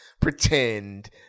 pretend